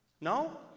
No